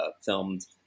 filmed